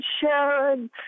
Sharon